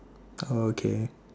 oh okay